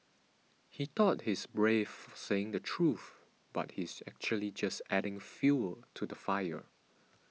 he thought he's brave for saying the truth but he's actually just adding fuel to the fire